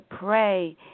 pray